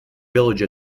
village